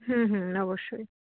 হুম হুম অবশ্যই